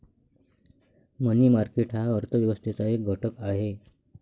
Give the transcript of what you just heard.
मनी market हा अर्थ व्यवस्थेचा एक घटक आहे